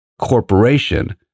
corporation